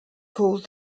called